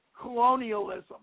colonialism